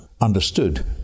understood